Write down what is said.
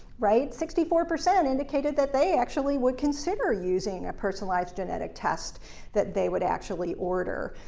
right? sixty-four percent indicated that they actually would consider using a personalized genetic test that they would actually order.